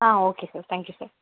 ah okay sir thank you sir